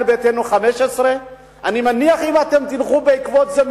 ישראל ביתנו 15. אני מניח שאם תלכו בעקבות זה,